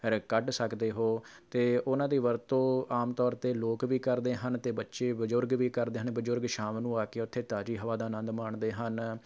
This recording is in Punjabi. ਰ ਕੱਢ ਸਕਦੇ ਹੋ ਅਤੇ ਉਹਨਾਂ ਦੀ ਵਰਤੋਂ ਆਮ ਤੌਰ 'ਤੇ ਲੋਕ ਵੀ ਕਰਦੇ ਹਨ ਅਤੇ ਬੱਚੇ ਬਜ਼ੁਰਗ ਵੀ ਕਰਦੇ ਹਨ ਬਜ਼ੁਰਗ ਸ਼ਾਮ ਨੂੰ ਆ ਕੇ ਉੱਥੇ ਤਾਜ਼ੀ ਹਵਾ ਦਾ ਆਨੰਦ ਮਾਣਦੇ ਹਨ